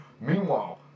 Meanwhile